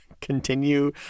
Continue